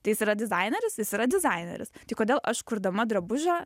tai jis yra dizaineris jis yra dizaineris tai kodėl aš kurdama drabužio